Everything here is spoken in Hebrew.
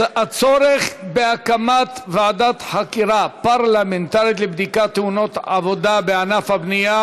הצורך בהקמת ועדת חקירה פרלמנטרית לבדיקת תאונות עבודה בענף הבנייה,